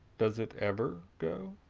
does it ever go?